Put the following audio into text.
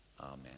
Amen